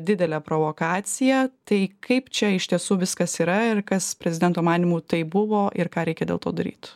didelė provokacija tai kaip čia iš tiesų viskas yra ir kas prezidento manymu tai buvo ir ką reikia dėl to daryt